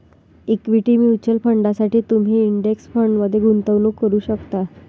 equity mutual फंडांसाठी तुम्ही index फंडमध्ये गुंतवणूक करू शकता